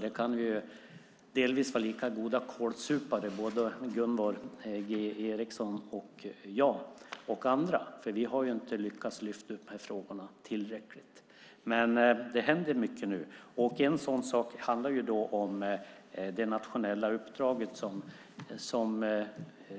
Vi kan delvis vara lika goda kålsupare Gunvor G Ericson och jag och även andra eftersom vi inte har lyckats lyfta fram dessa frågor tillräckligt. Men det händer mycket nu. En sådan sak handlar om det nationella uppdrag som